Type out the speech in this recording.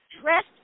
dressed